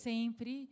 Sempre